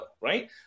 right